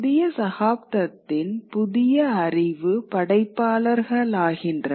புதிய சகாப்தத்தின் புதிய அறிவு படைப்பாளர்களாகின்றனர்